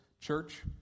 Church